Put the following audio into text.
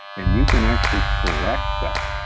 and you can actually correct that.